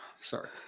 Sorry